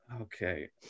Okay